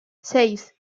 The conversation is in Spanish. seis